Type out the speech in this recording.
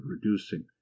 reducing